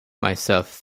myself